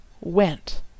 went